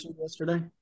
yesterday